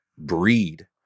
Breed